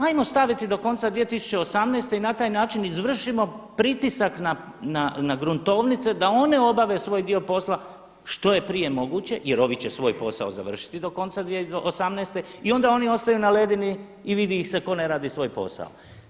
Ajmo staviti do konca 2018. i na taj način izvršimo pritisak na gruntovnice da one obave svoj dio posla što je prije moguće jer ovi će svoj posao završiti do konca 2018. i onda oni ostaju na ledini i vidi ih se ko ne radi svoj posao.